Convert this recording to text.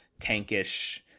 tankish